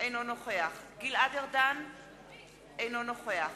אינו נוכח גלעד ארדן אינו נוכח